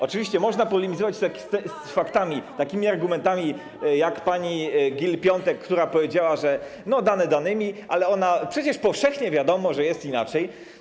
Oczywiście można polemizować z faktami, takimi argumentami jak pani Gill-Piątek, która powiedziała, że dane danymi, ale przecież powszechnie wiadomo, że jest inaczej.